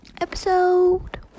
episode